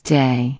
day